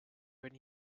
when